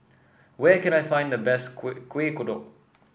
where can I find the best Kuih Kuih Kodok